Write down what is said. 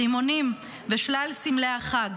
רימונים ושלל סמלי החג,